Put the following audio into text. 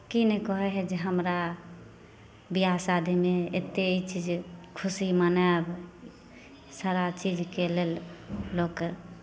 की नहि कहै हइ जे हमरा ब्याह शादीमे एतेक अछि जे खुशी मनायब सारा चीजके लेल लोक